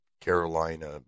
Carolina